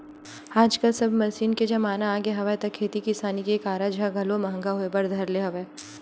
आजकल सब मसीन के जमाना आगे हवय त खेती किसानी के कारज ह घलो महंगा होय बर धर ले हवय